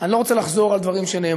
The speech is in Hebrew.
אני לא רוצה לחזור על דברים שנאמרו.